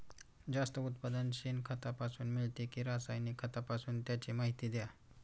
जास्त उत्पादन शेणखतापासून मिळते कि रासायनिक खतापासून? त्याची माहिती द्या